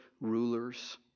rulers